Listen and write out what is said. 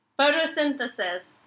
Photosynthesis